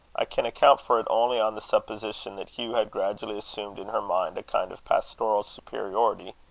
i can account for it only on the supposition that hugh had gradually assumed in her mind a kind of pastoral superiority,